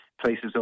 places